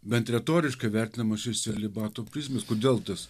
bent retoriškai vertinamas iš celibato prizmės kodėl tas